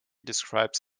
describes